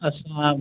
अच्छा हां